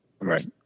Right